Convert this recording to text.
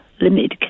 limited